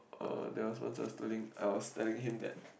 er there was once I tooling I was telling him that